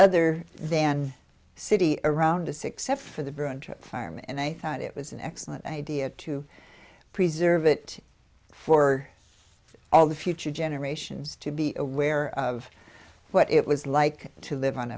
other than city around a success for the brown trout farm and i thought it was an excellent idea to preserve it for all the future generations to be aware of what it was like to live on